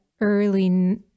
early